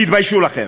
תתביישו לכם.